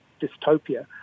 dystopia